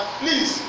please